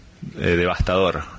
devastador